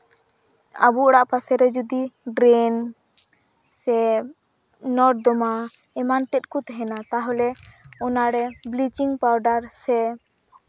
ᱟᱵᱚ ᱚᱲᱟᱜ ᱯᱟᱥᱮ ᱨᱮ ᱡᱩᱫᱤ ᱰᱨᱮᱹᱱ ᱥᱮ ᱱᱚᱨᱫᱚᱢᱟ ᱮᱢᱟᱱᱛᱮᱫ ᱠᱚ ᱛᱟᱦᱮᱱᱟ ᱛᱟᱦᱞᱮ ᱚᱱᱟᱨᱮ ᱵᱞᱤᱪᱤᱝ ᱯᱟᱣᱰᱟᱨ ᱥᱮ